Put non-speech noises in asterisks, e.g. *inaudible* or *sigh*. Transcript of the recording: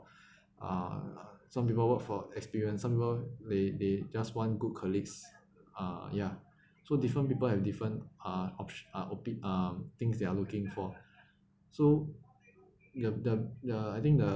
*breath* uh some people work for experience some people they they just want good colleagues uh ya so different people have different uh opt~ uh opi~ um things they are looking for so the the the I think the